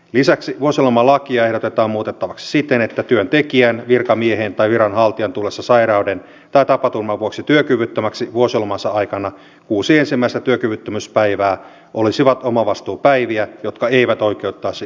lisäksi vuosilomalakia ehdotetaan muutettavaksi siten että työntekijän virkamiehen tai viranhaltijan tullessa sairauden tai tapaturman vuoksi työkyvyttömäksi vuosilomansa aikana kuusi ensimmäistä työkyvyttömyyspäivää olisi omavastuupäiviä jotka eivät oikeuttaisi lomapäivien siirtoon